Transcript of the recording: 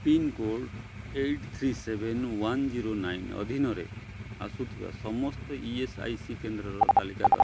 pincode eight three seven one zero nine ଅଧୀନରେ ଆସୁଥିବା ସମସ୍ତ ଇ ଏସ୍ ଆଇ ସି କେନ୍ଦ୍ରର ତାଲିକା କର